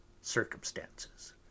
circumstances